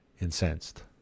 incensed